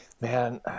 Man